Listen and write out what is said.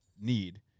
need